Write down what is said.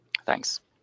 Thanks